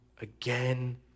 again